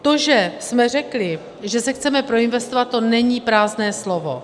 To, že jsme řekli, že se chceme proinvestovat, to není prázdné slovo.